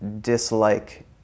dislike